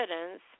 evidence